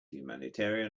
humanitarian